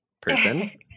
person